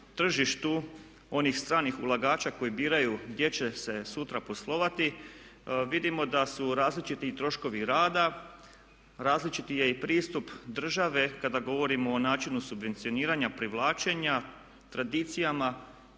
tržištu onih stranih ulagača koji biraju gdje će se sutra poslovati vidimo da su različiti i troškovi rada, različiti je i pristup države kada govorimo o načinu subvencioniranja, privlačenja, tradicijama.